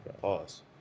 Pause